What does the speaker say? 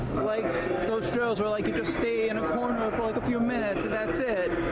like joe's joe's willing to stay in a few minutes